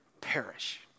perish